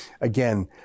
Again